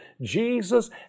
Jesus